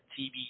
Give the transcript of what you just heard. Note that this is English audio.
tv